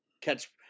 catch